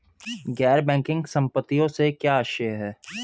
गैर बैंकिंग संपत्तियों से क्या आशय है?